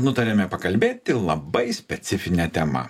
nutarėme pakalbėti labai specifine tema